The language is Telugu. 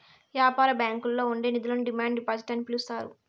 యాపార బ్యాంకుల్లో ఉండే నిధులను డిమాండ్ డిపాజిట్ అని పిలుత్తారు